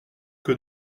que